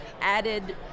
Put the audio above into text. added